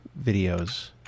videos